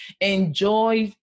enjoy